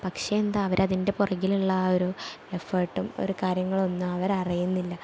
പക്ഷേ എന്താ അവരതിൻ്റെ പുറകിലുള്ള ആ ഒരു എഫേർട്ടും ഒരു കാര്യങ്ങളൊന്നും അവരറിയുന്നില്ല